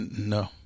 No